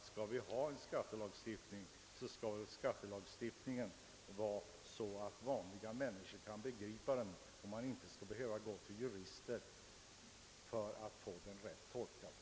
Skall vi ha en skattelagstiftning, skall den väl vara sådan att vanliga människor kan begripa den. Man skall inte behöva gå till jurister för att få den rätt tolkad.